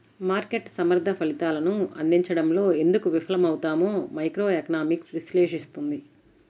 మార్కెట్లు సమర్థ ఫలితాలను అందించడంలో ఎందుకు విఫలమవుతాయో మైక్రోఎకనామిక్స్ విశ్లేషిస్తుంది